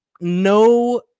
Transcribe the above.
no